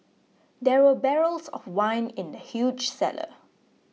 there were barrels of wine in the huge cellar